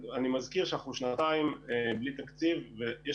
אני מזכיר שאנחנו שנתיים בלי תקציב ויש